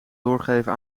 doorgeven